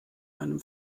einem